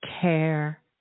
care